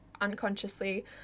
unconsciously